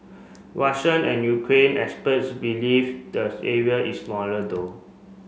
Russian and Ukraine experts believe the area is smaller though